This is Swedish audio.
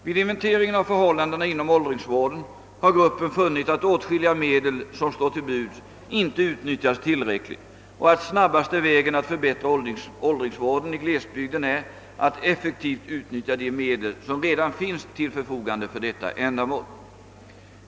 Vid inventeringen av förhållandena inom åldringsvården har gruppen funnit att åtskilliga medel som står till buds inte utnyttjas tillräckligt och att snabbaste vägen att förbättra åldringsvården i glesbygden är att effektivt utnyttja de medel som redan finns till förfogande för detta ändamål.